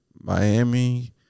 Miami